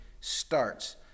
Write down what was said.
starts